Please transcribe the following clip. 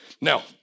Now